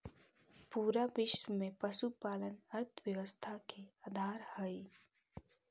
पूरा विश्व में पशुपालन अर्थव्यवस्था के आधार हई